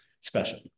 special